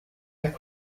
der